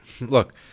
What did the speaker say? Look